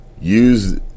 Use